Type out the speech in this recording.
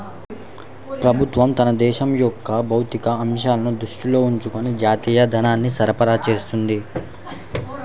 ప్రభుత్వం తన దేశం యొక్క భౌతిక అంశాలను దృష్టిలో ఉంచుకొని జాతీయ ధనాన్ని సరఫరా చేస్తుంది